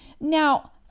Now